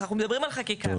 אנחנו מדברים על חקיקה,